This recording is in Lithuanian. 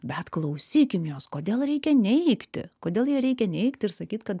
bet klausykim jos kodėl reikia neigti kodėl ją reikia neigti ir sakyt kad